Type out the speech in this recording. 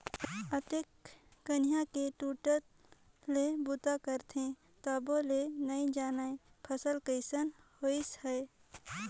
अतेक कनिहा के टूटट ले बूता करथे तभो ले नइ जानय फसल कइसना होइस है